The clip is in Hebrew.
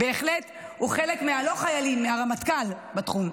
בהחלט, הוא חלק לא מהחיילים, הרמטכ"ל בתחום.